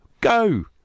Go